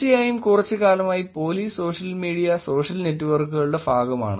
തീർച്ചയായും കുറച്ച് കാലമായി പോലീസ് സോഷ്യൽ മീഡിയ സോഷ്യൽ നെറ്റ്വർക്കുകളുടെ ഭാഗമാണ്